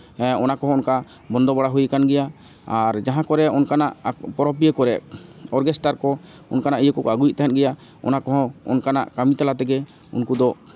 ᱦᱮᱸ ᱚᱱᱟ ᱠᱚᱦᱚᱸ ᱚᱱᱠᱟ ᱵᱚᱱᱫᱚ ᱵᱟᱲᱟ ᱦᱩᱭ ᱟᱠᱟᱱ ᱜᱮᱭᱟ ᱟᱨ ᱡᱟᱦᱟᱸ ᱠᱚᱨᱮ ᱚᱱᱠᱟᱱᱟᱜ ᱯᱚᱨᱚᱵᱽ ᱯᱤᱦᱟᱹ ᱠᱚᱨᱮ ᱚᱨᱜᱮᱥᱴᱟᱨ ᱠᱚ ᱚᱱᱠᱟᱱᱟᱜ ᱤᱭᱟᱹ ᱠᱚᱠᱚ ᱟᱹᱜᱩᱭᱮᱫ ᱛᱟᱦᱮᱸᱫ ᱜᱮᱭᱟ ᱚᱱᱟ ᱠᱚᱦᱚᱸ ᱚᱱᱠᱟᱱᱟᱜ ᱠᱟᱹᱢᱤ ᱛᱟᱞᱟ ᱛᱮᱜᱮ ᱩᱱᱠᱩ ᱫᱚ